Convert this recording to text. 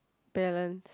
balance